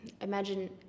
imagine